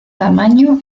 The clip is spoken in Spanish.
tamaño